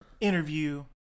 interview